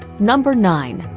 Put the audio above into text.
number nine.